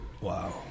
wow